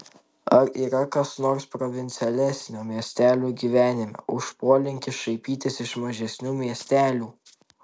ar yra kas nors provincialesnio miestelių gyvenime už polinkį šaipytis iš mažesnių miestelių